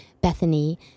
Bethany